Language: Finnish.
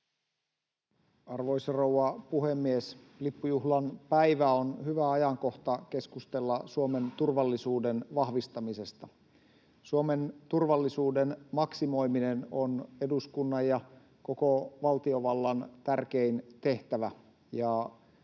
Arvoisa rouva puhemies! Lippujuhlan päivä on hyvä ajankohta keskustella Suomen turvallisuuden vahvistamisesta. Suomen turvallisuuden maksimoiminen on eduskunnan ja koko valtiovallan tärkein tehtävä.